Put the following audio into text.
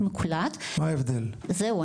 זהו,